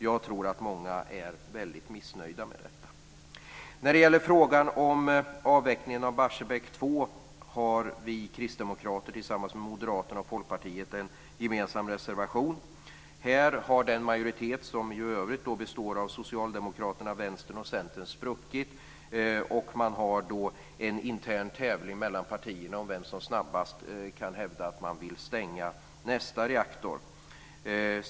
Jag tror att många är väldigt missnöjda med detta. När det gäller frågan om avvecklingen av Barsebäck 2 har vi kristdemokrater tillsammans med Moderaterna och Folkpartiet en gemensam reservation. Här har den majoritet som i övrigt består av Socialdemokraterna, Vänsterpartiet och Centern spruckit. Man har då en intern tävling mellan partierna om vem som kan hävda att man snabbast vill stänga nästa reaktor.